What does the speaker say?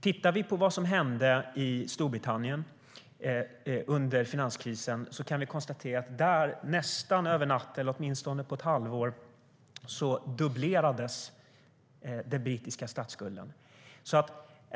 Tittar vi på vad som hände i Storbritannien under finanskrisen kan vi konstatera att den brittiska statsskulden nästan över en natt, eller åtminstone på bara ett halvår, dubblerades.